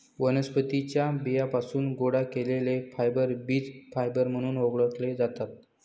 वनस्पतीं च्या बियांपासून गोळा केलेले फायबर बीज फायबर म्हणून ओळखले जातात